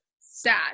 Sad